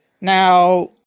Now